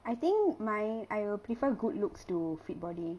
I think my I will prefer good looks to fit body